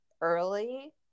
early